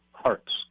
hearts